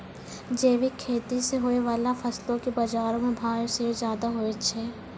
जैविक खेती से होय बाला फसलो के बजारो मे भाव सेहो ज्यादा होय छै